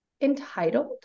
entitled